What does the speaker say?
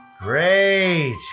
Great